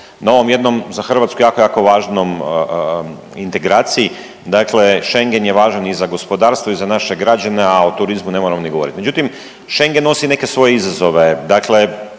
na ovom jednom za Hrvatsku jako, jako važnom integraciji, dakle Schengen je važan i za gospodarstvo i za naše građane, a o turizmu ne moramo ni govoriti. Međutim, Schengen nosi neke svoje izazove.